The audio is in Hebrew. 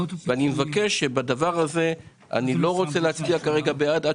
אני לא רוצה להצביע כרגע בעד הפנייה הזאת